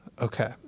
Okay